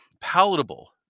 palatable